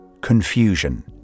Confusion